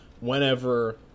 whenever